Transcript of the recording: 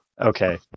Okay